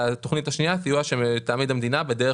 והתכנית השנייה היא סיוע שתעמיד המדינה בדרך